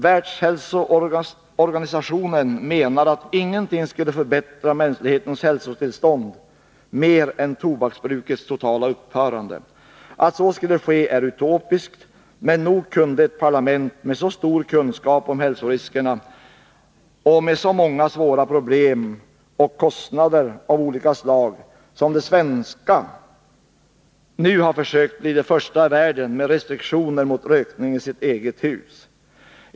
Världshälsoorganisationen menar att ingenting skulle förbättra mänsklighetens hälsotillstånd mer än tobaksbrukets totala upphörande. Att så skulle ske är utopiskt, men nog kunde ett parlament med så stor kunskap om hälsoriskerna med rökning och med så många svåra problem med kostnader av alla slag som det svenska ha försökt bli det första i världen med restriktioner mot rökning i sitt eget hus.